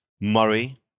Murray